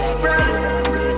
brother